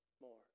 more